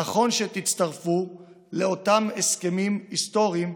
נכון שתצטרפו לאותם הסכמים היסטוריים,